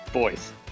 Boys